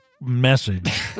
message